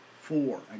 four